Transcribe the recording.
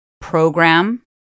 program